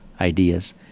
ideas